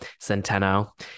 Centeno